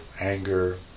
anger